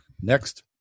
Next